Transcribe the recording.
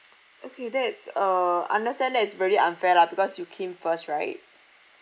okay that's uh understand that is very unfair lah because you came first right